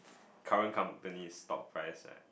current company stock price right